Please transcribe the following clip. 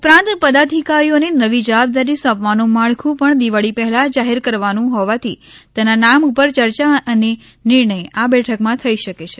ઉપરાંત પદાધિકારીઓને નવી જવાબદારી સોંપવાનું માળખું પણ દિવાળી પહેલા જાહેર કરવાનું હોવાથી તેના નામ ઉપર ચર્ચા અને નિર્ણય આ બેઠકમાં થઈ શકે છે